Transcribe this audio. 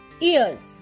Ears